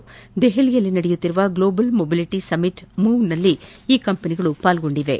ನವದೆಪಲಿಯಲ್ಲಿ ನಡೆಯುತ್ತಿರುವ global mobility summit ಮೂವ್ನಲ್ಲಿ ಈ ಕಂಪನಿಗಳು ಪಾಲ್ಗೊಂಡಿವೆ